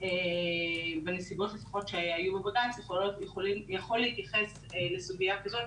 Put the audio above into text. בנסיבות שהיו בבג"ץ יכול להתייחס לסוגייה כזו.